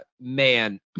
Man